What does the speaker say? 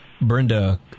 Brenda